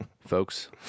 folks